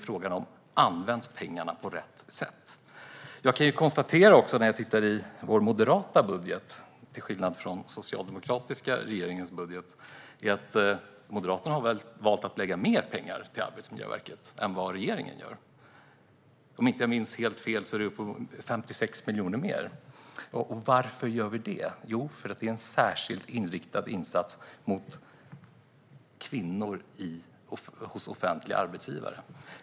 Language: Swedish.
Frågan är om pengarna används på rätt sätt. När jag tittar i vår moderata budget kan jag också konstatera att Moderaterna har valt att lägga mer pengar på Arbetsmiljöverket än vad den socialdemokratiska regeringen gör. Om jag inte minns helt fel är det 56 miljoner mer. Varför gör vi då det? Jo, det är en särskild insats riktad mot kvinnor hos offentliga arbetsgivare.